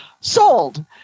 Sold